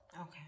Okay